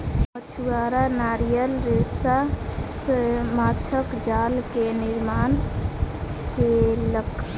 मछुआरा नारियल रेशा सॅ माँछक जाल के निर्माण केलक